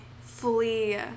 fully